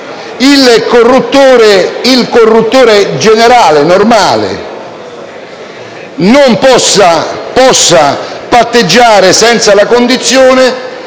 il corruttore generale, normale possa patteggiare senza la condizione,